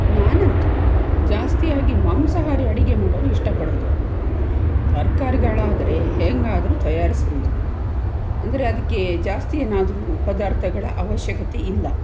ನಾನಂತೂ ಜಾಸ್ತಿಯಾಗಿ ಮಾಂಸಾಹಾರಿ ಅಡಿಗೆ ಮಾಡಲು ಇಷ್ಟಪಡೋದು ತರಕಾರಿಗಳಾದ್ರೆ ಹೇಗಾದ್ರೂ ತಯಾರಿಸಬಹುದು ಅಂದರೆ ಅದಕ್ಕೆ ಜಾಸ್ತಿ ಏನಾದರೂ ಪದಾರ್ಥಗಳ ಅವಶ್ಯಕತೆ ಇಲ್ಲ